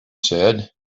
said